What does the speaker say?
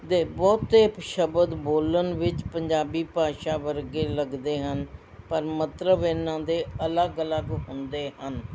ਦੇ ਬਹੁਤੇ ਪ ਸ਼ਬਦ ਬੋਲਣ ਵਿੱਚ ਪੰਜਾਬੀ ਭਾਸ਼ਾ ਵਰਗੇ ਲੱਗਦੇ ਹਨ ਪਰ ਮਤਲਬ ਇਹਨਾਂ ਦੇ ਅਲੱਗ ਅਲੱਗ ਹੁੰਦੇ ਹਨ